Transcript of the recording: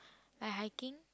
like hiking